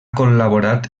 col·laborat